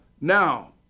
now